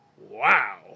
Wow